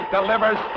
Delivers